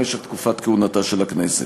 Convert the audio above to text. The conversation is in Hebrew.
למשך תקופת כהונתה של הכנסת.